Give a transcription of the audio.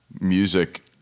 music